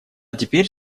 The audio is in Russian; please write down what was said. теперь